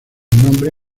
nombre